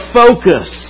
focus